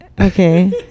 Okay